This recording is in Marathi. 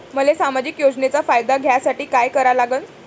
मले सामाजिक योजनेचा फायदा घ्यासाठी काय करा लागन?